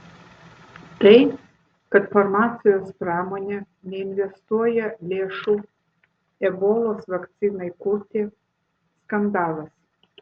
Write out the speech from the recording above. tai kad farmacijos pramonė neinvestuoja lėšų ebolos vakcinai kurti skandalas